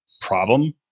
problem